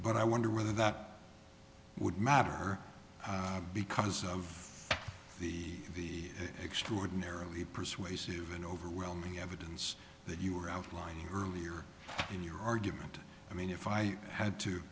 but i wonder whether that would matter because of the extraordinarily persuasive and overwhelming evidence that you are outlining earlier in your argument i mean if i had to